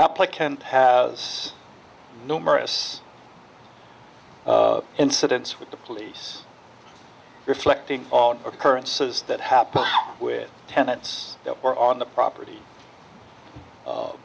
applicant has numerous incidents with the police reflecting all occurrences that happened with tenets that were on the property